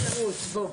"שירות" - בוא,